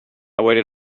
waited